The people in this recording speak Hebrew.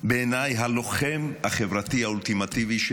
בעיניי הלוחם החברתי האולטימטיבי של